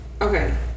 Okay